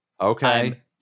Okay